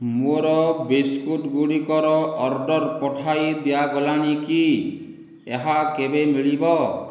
ମୋର ବିସ୍କୁଟ୍ ଗୁଡ଼ିକର ଅର୍ଡ଼ର୍ ପଠାଇ ଦିଆଗଲାଣି କି ଏହା କେବେ ମିଳିବ